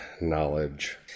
knowledge